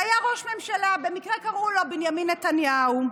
היה ראש ממשלה, במקרה קראו לו בנימין נתניהו,